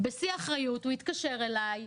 בשיא האחריות הוא התקשר אלי,